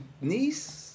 niece